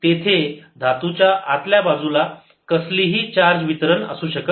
तेथे धातूच्या आतल्या बाजूला कसलीही चार्ज वितरण असू शकत नाही